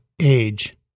age